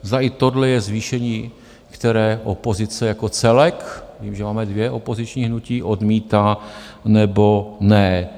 Zda i tohle je zvýšení, které opozice jako celek vím, že máme dvě opoziční hnutí odmítá nebo ne.